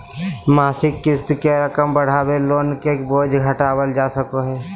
मासिक क़िस्त के रकम बढ़ाके लोन के बोझ घटावल जा सको हय